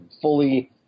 fully